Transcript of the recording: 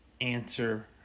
answer